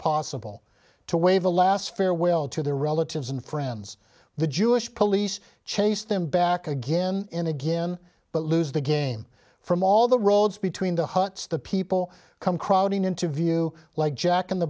possible to wave the last farewell to their relatives and friends the jewish police chase them back again and again but lose the game from all the roads between the huts the people come crowding into view like jack in the